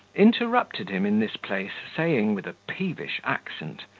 interrupted him in this place, saying, with a peevish accent,